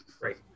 Great